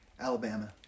Alabama